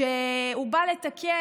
כשהוא בא לתקן,